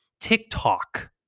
TikTok